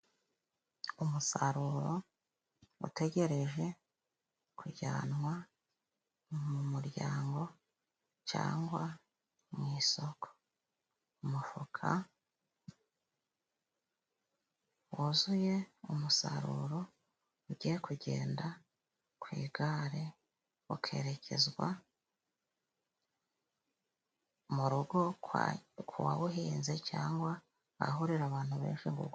Umusaruro utegereje kujyanwa mu muryango cyangwa mu isoko, umufuka wuzuye umusaruro ugiye kugenda ku igare ukerekezwa mu rugo kwa kuwawuhinze cyangwa ahahurira abantu benshi gukora.